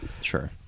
Sure